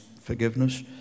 forgiveness